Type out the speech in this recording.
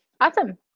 Awesome